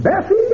Bessie